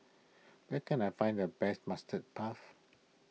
where can I find the best Mustard Puff